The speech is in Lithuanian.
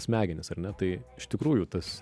smegenis ar ne tai iš tikrųjų tas